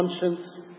conscience